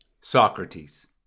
Socrates